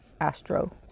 astro